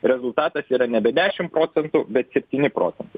rezultatas yra nebe dešim procentų bet septyni procentai